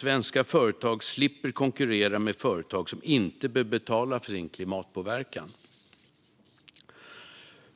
Svenska företag slipper konkurrera med företag som inte behöver betala för sin klimatpåverkan.